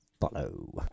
follow